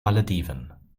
malediven